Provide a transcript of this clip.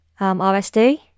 RSD